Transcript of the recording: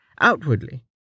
Outwardly